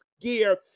gear